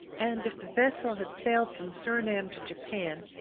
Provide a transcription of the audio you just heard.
and if the vessel had sailed from surinam to japan,